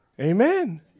Amen